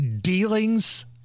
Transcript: dealings